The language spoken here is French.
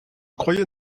croyais